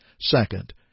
Second